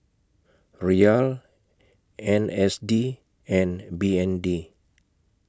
Riyal N S D and B N D